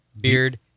beard